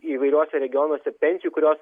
įvairiuose regionuose pensijų kurios